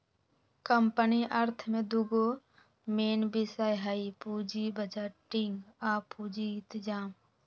company अर्थ में दूगो मेन विषय हइ पुजी बजटिंग आ पूजी इतजाम